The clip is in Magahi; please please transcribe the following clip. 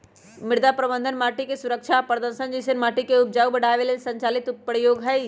मृदा प्रबन्धन माटिके सुरक्षा आ प्रदर्शन जइसे माटिके उपजाऊ बढ़ाबे लेल संचालित प्रयोग हई